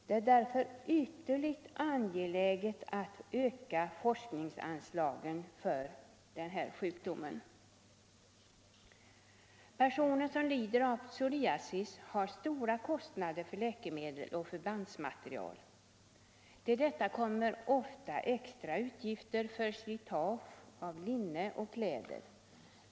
Det är därför ytterligt angeläget att öka forskningsanslagen för den här sjukdomen. Personer som lider av psoriasis har stora kostnader för läkemedel och förbandsmaterial. Till detta kommer ofta extra utgifter för slitage av linne och kläder.